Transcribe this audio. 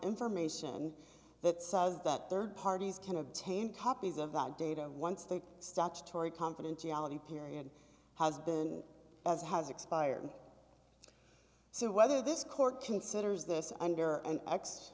information that size that rd parties can obtain copies of that data once they stop story confidentiality period has been as has expired so whether this court considers this under an